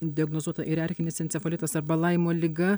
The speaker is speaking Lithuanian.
diagnozuota ir erkinis encefalitas arba laimo liga